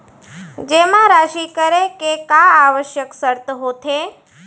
जेमा राशि करे के का आवश्यक शर्त होथे?